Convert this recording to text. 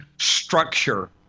structure